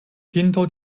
pinto